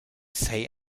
say